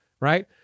right